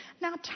Now